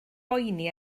boeni